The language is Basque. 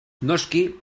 noski